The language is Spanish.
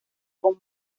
con